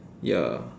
ya